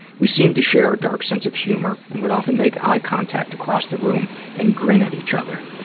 we seemed to share a dark sense of humor and would often make eye contact across the room and grin at each other.